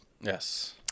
Yes